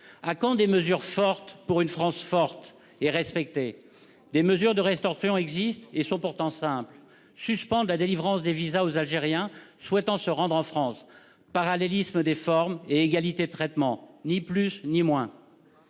À quand des mesures fortes pour une France forte et respectée ? Des mesures de rétorsion existent pourtant. Elles sont simples : suspendre la délivrance des visas aux Algériens souhaitant se rendre en France. Parallélisme des formes et égalité de traitement, ni plus ni moins